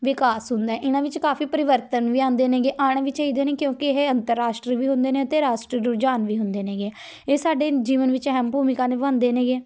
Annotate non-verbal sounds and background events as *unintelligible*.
ਵਿਕਾਸ ਹੁੰਦਾ ਇਹਨਾਂ ਵਿੱਚ ਕਾਫੀ ਪਰਿਵਰਤਨ ਵੀ ਆਉਂਦੇ ਨੇਗੇ ਆਉਣ ਵਿੱਚ *unintelligible* ਕਿਉਂਕਿ ਇਹ ਅੰਤਰ ਰਾਸ਼ਟਰੀ ਵੀ ਹੁੰਦੇ ਨੇ ਅਤੇ ਰਾਸ਼ਟਰੀ ਰੁਝਾਨ ਵੀ ਹੁੰਦੇ ਨੇਗੇ ਇਹ ਸਾਡੇ ਜੀਵਨ ਵਿੱਚ ਅਹਿਮ ਭੂਮਿਕਾ ਨਿਭਾਉਂਦੇ ਨੇਗੇ